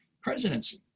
presidency